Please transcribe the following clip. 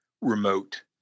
remote